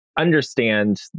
understand